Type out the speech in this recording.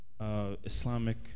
Islamic